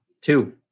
Two